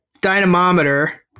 dynamometer